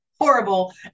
Horrible